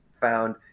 found